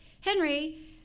Henry